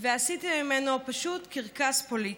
ועשיתם ממנו פשוט קרקס פוליטי.